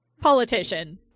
Politician